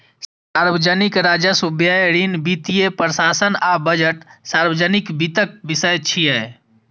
सार्वजनिक राजस्व, व्यय, ऋण, वित्तीय प्रशासन आ बजट सार्वजनिक वित्तक विषय छियै